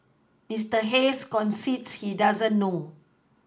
Mister Hayes concedes he doesn't know